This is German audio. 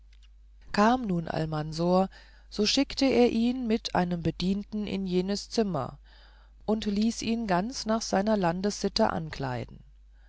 kam nun almansor so schickte er ihn mit einem bedienten in jenes zimmer und ließ ihn ganz nach seiner landessitte ankleiden